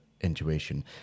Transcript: intuition